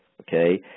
Okay